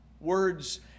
Words